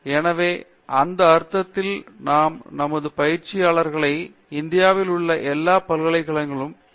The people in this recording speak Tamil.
எனவே இந்த அர்த்தத்தில் நாம் நமது பயிற்சியாளர்களை இந்தியாவில் உள்ள எல்லா பல்கலைக்கழகங்களுக்கும் பி